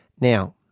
Now